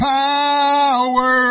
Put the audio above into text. power